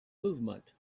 movement